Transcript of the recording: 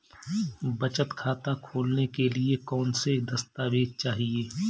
बचत खाता खोलने के लिए कौनसे दस्तावेज़ चाहिए?